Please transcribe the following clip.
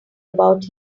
about